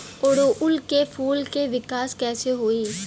ओड़ुउल के फूल के विकास कैसे होई?